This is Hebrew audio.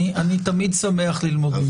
אני תמיד שמח ללמוד ממך.